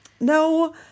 No